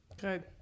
good